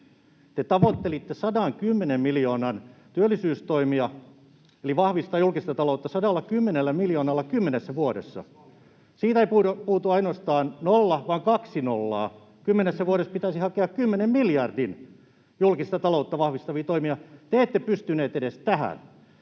Te tavoittelitte 110 miljoonan työllisyystoimia, mikä vahvistaa julkista taloutta 110 miljoonalla kymmenessä vuodessa. Siitä ei puutu ainoastaan nolla vaan kaksi nollaa. Kymmenessä vuodessa pitäisi hakea 10 miljardilla julkista taloutta vahvistavia toimia. Te ette pystyneet edes tähän.